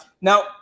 Now